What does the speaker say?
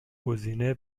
گزینه